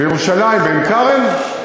בירושלים, בעין-כרם?